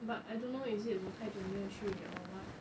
but I don't know is it 我太久没有去 or what